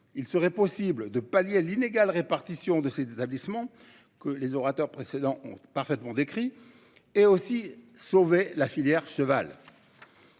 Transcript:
il serait possible de pallier l'inégale répartition de cet établissement, que les orateurs précédents ont parfaitement décrit et aussi sauver la filière cheval.